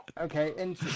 Okay